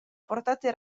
portare